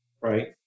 right